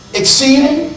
exceeding